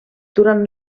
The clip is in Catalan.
durant